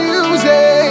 Music